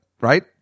right